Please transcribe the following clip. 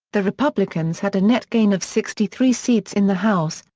the republicans had a net gain of sixty three seats in the house,